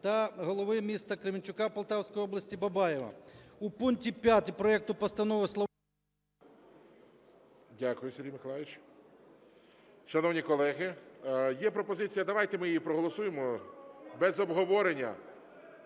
та голови міста Кременчука Полтавської області Бабаєва". У пункті 5 проекту постанови… ГОЛОВУЮЧИЙ. Дякую, Сергій Миколайович. Шановні колеги, є пропозиція, давайте ми її проголосуємо без обговорення.